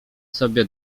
sobie